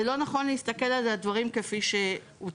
לא נכון להסתכל על הדברים כפי שהוצגו.